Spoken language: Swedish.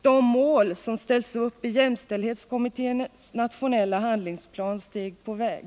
De mål som ställts upp i jämställdhetskommitténs nationella handlingsplan Steg på väg .